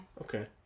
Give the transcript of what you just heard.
okay